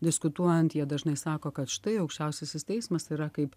diskutuojant jie dažnai sako kad štai aukščiausiasis teismas yra kaip